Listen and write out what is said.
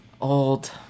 old